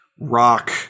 rock